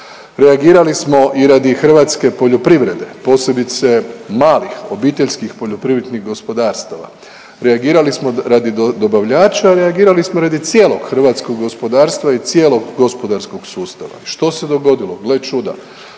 Reagirali smo i radi hrvatske poljoprivrede, posebice malih OPG-a, reagirali smo radi dobavljača, reagirali smo radi cijelog hrvatskog gospodarstva i cijelog gospodarskog sustava. I što se dogodilo? Gle čuda,